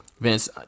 Vince